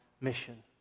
mission